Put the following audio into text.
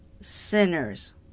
sinners